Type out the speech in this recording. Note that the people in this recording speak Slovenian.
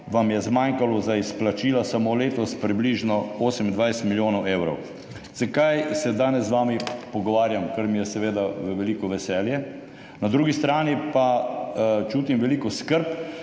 zmanjkalo za izplačila, samo letos približno 28 milijonov evrov. Zakaj se danes pogovarjam z vami? To mi je seveda v veliko veselje, na drugi strani pa čutim veliko skrb